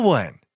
one